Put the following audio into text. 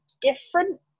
different